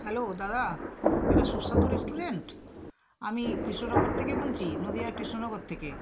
hello দাদা এটা সুস্বাদু রেস্টুরেন্ট আমি কৃষ্ণনগর থেকে বলছি নদীয়ার কৃষ্ণনগর থেকে